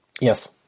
yes